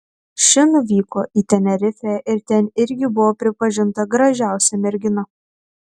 ši nuvyko į tenerifę ir ten irgi buvo pripažinta gražiausia mergina